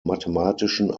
mathematischen